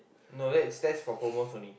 no that's that's for promos only